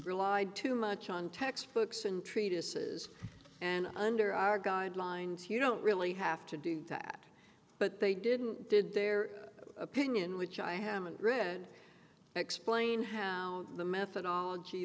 relied too much on textbooks and treatises and under our guidelines you don't really have to do that but they didn't did their opinion which i haven't read explain how the methodology